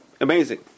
amazing